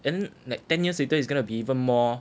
then like ten years later it's gonna be even more